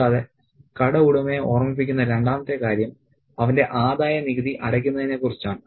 കൂടാതെ കട ഉടമയെ ഓർമ്മിപ്പിക്കുന്ന രണ്ടാമത്തെ കാര്യം അവന്റെ ആദായനികുതി അടയ്ക്കുന്നതിനെക്കുറിച്ചാണ്